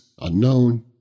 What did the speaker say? unknown